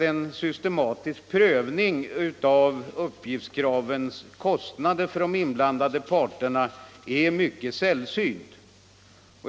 En systematisk prövning av uppgiftskravens kostnader för de inblandade parterna är nog mycket sällsynt.